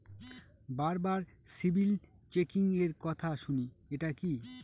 বারবার সিবিল চেকিংএর কথা শুনি এটা কি?